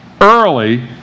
early